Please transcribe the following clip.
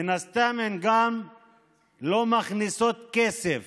מן הסתם הן גם לא מכניסות כסף